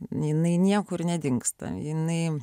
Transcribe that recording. jinai niekur nedingsta jinai